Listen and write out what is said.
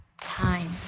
Time